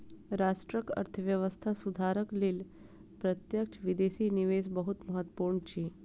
राष्ट्रक अर्थव्यवस्था सुधारक लेल प्रत्यक्ष विदेशी निवेश बहुत महत्वपूर्ण अछि